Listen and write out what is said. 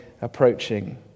approaching